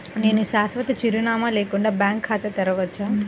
నేను శాశ్వత చిరునామా లేకుండా బ్యాంక్ ఖాతా తెరవచ్చా?